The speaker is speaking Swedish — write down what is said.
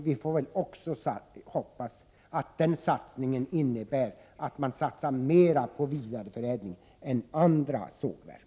Vi får väl hoppas att den satsningen innebär att man satsar mera på vidareförädling än andra sågverk.